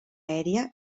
aèria